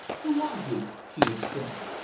who are you? she exclaimed.